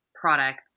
products